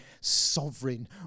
sovereign